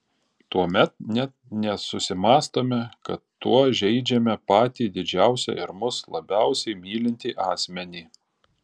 tuomet net nesusimąstome kad tuo žeidžiame patį didžiausią ir mus labiausiai mylintį asmenį